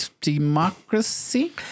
democracy